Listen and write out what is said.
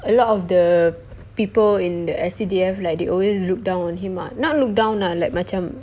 a lot of the people in the S_C_D_F like they always look down on him ah not look down lah like macam